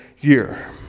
year